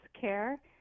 care